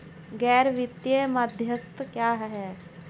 गैर वित्तीय मध्यस्थ क्या हैं?